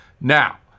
Now